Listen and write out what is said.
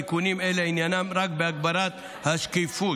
תיקונים אלה עניינם רק בהגברת השקיפות.